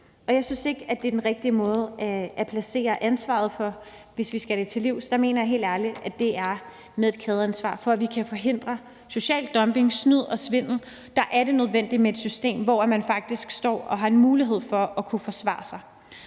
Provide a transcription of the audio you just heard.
Jeg synes ikke, det er den rigtige måde at placere ansvaret for det på, hvis vi skal det til livs. Der mener jeg helt ærligt, at det er med et kædeansvar. For at vi kan forhindre social dumping, snyd og svindel, er det nødvendigt med et system, hvor man faktisk står og har en mulighed for at kunne forsvare sig.